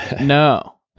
No